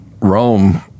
rome